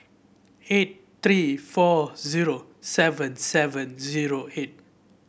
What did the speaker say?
eight three four zero seven seven zero eight